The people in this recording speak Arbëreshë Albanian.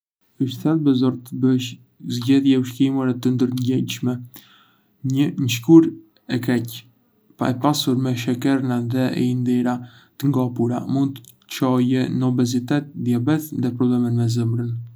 Është thelbësore të bësh zgjedhje ushqimore të ndërgjegjshme. Një ushqyerje e keqe, e pasur me sheqerna dhe yndyra të ngopura, mund të çojë në obezitet, diabet dhe probleme me zemrën.